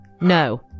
No